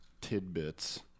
tidbits